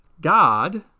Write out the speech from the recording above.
God